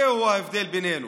זה ההבדל בינינו.